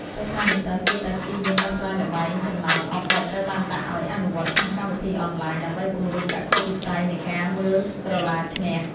សិស្សានុសិស្សគួរតែព្យាយាមដោះស្រាយល្បែងចំណោទអុកដែលត្រូវបានដាក់ឱ្យអនុវត្តក្នុងកម្មវិធីអនឡាញដើម្បីពង្រីកចក្ខុវិស័យនៃការមើលក្រឡាឈ្នះ។